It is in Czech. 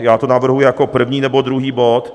Já to navrhuji jako první nebo druhý bod.